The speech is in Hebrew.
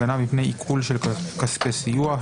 הגנה מפני עיקול של כספי סיוע),